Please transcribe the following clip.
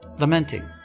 Lamenting